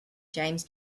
james